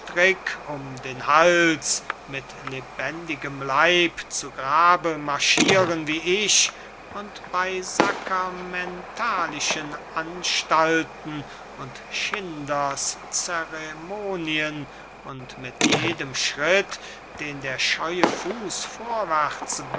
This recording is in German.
um den hals mit lebendigem leib zu grabe marschiren wie ich und die sakermentalischen anstalten und schinders ceremonien und mit jedem schritt den der scheue fuß vorwärts